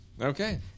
Okay